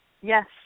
Yes